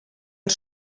els